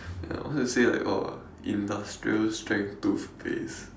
ya once you say like !wah! industrial strength toothpaste